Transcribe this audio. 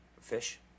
fish